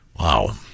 Wow